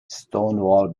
stonewall